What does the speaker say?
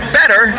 better